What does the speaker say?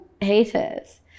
haters